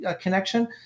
connection